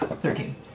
Thirteen